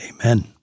Amen